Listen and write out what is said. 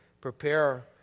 prepare